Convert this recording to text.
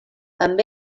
amb